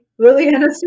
Liliana